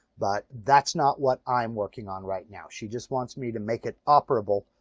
but that's not what i'm working on right now. she just wants me to make it operable,